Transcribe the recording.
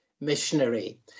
missionary